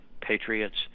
patriots